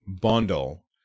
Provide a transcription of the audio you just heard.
bundle